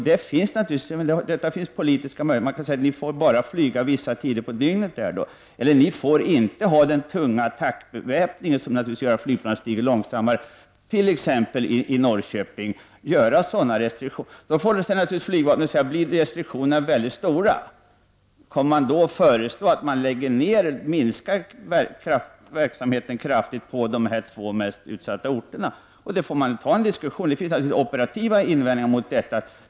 Det finns naturligtvis politiska möjligheter att säga att planet bara får flyga vissa tider på dygnet eller att den tunga attackbeväpningen, som gör att flygplanet stiger långsammare, inte får användas i t.ex. Norrköping. Då får naturligtvis flygvapnet säga: Blir restriktionerna väldigt stora, kommer man då att föreslå att minska verksamheten kraftigt på dessa två mest utsatta orter? Den diskussionen får man ta. Det finns alltså operativa invändningar mot detta.